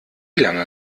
lange